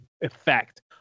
effect